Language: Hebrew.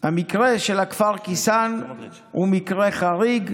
המקרה של הכפר קיסאן הוא מקרה חריג,